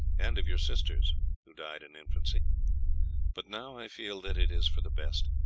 and of your sisters who died in infancy but now i feel that it is for the best,